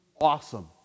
awesome